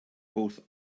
both